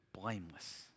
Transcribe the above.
blameless